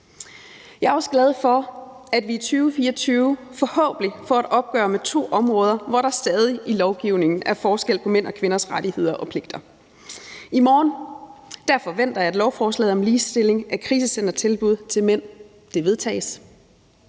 Jeg er også glad for, at vi 2024 forhåbentlig får et opgør med to områder, hvor der stadig i lovgivningen er forskel på mænds og kvinders rettigheder og pligter. I morgen forventer jeg at lovforslaget om ligestilling af krisecentertilbud til mænd vedtages.